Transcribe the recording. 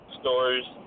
stories